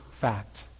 fact